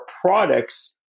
products